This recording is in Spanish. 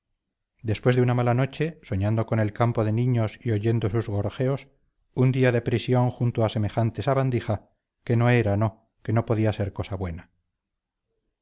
después de una mala noche soñando con el campo de niños y oyendo sus gorjeos un día de prisión junto a semejante sabandija que no era no que no podía ser cosa buena